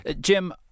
Jim